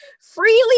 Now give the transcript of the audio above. Freely